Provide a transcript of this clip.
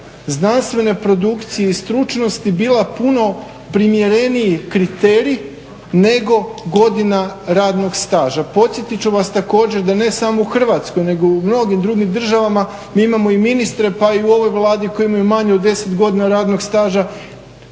znanstvene produkcije i stručnosti bila puno primjereniji kriterij nego godina radnog staža. Podsjetit ću vas također da ne samo u Hrvatskoj, nego u mnogim drugim državama mi imamo i ministre, pa i u ovoj Vladi koji imaju manje od 10 godina radnog staža,